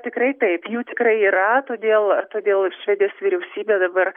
tikrai taip jų tikrai yra todėl todėl švedijos vyriausybė dabar